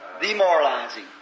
Demoralizing